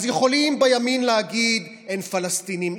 יכולים בימין להגיד: אין פלסטינים,